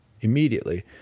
Immediately